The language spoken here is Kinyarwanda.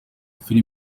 film